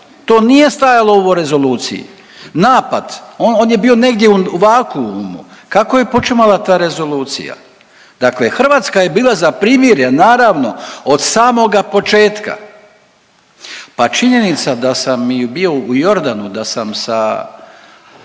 To nije stajalo u ovoj rezoluciji. Napad on je bio negdje u vakuumu. Kako je počinjala ta rezolucija? Dakle, Hrvatska je bila za primirje naravno od samoga početka. Pa činjenica da sam i bio u Jordanu, da sam sa